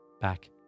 back